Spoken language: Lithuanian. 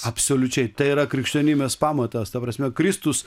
absoliučiai tai yra krikščionybės pamatas ta prasme kristus